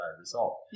result